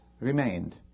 Remained